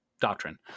doctrine